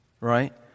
right